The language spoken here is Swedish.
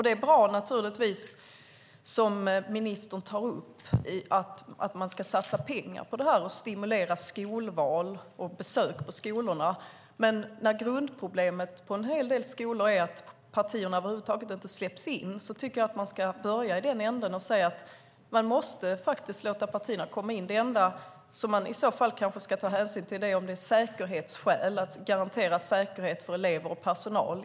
Det är naturligtvis bra att man, som ministern tar upp, ska satsa pengar på det här och att man ska stimulera skolval och besök på skolorna. Men när grundproblemet på en hel del skolor är att partierna över huvud taget inte släpps in tycker jag att man ska börja i den änden och säga att partierna faktiskt måste tillåtas komma in. Det enda man i så fall kanske ska ta hänsyn till är säkerhetsskäl - att i extrema fall garantera säkerhet för elever och personal.